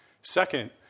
Second